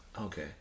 Okay